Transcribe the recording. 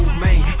man